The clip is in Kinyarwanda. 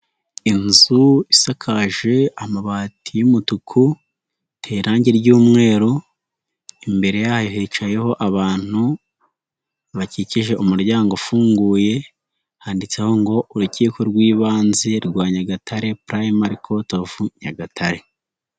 Inzu isakaje amabati y'umutuku, iteye irangi ry'umweru, imbere yayo hicayeho abantu bakikije umuryango ufunguye, handitseho ngo: "Urukiko rw'ibanze rwa Nyagatare, purayimari koti ofu Nyagatare".